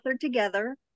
together